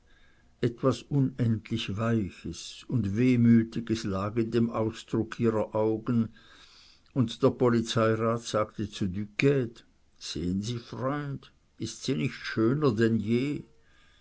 etwas unendlich weiches und wehmütiges lag in dem ausdruck ihrer augen und der polizeirat sagte zu duquede sehen sie freund ist sie nicht schöner denn je